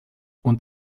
und